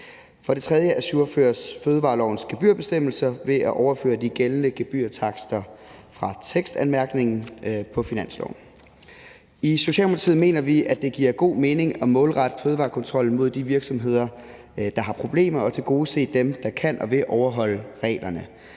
For det tredje ajourføres fødevarelovens gebyrbestemmelser ved at overføre de gældende gebyrtakster fra tekstanmærkningen på finansloven. I Socialdemokratiet mener vi, at det giver god mening at målrette fødevarekontrollen mod de virksomheder, der har problemer, og tilgodese dem, der kan og vil overholde reglerne.